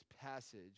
passage